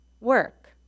work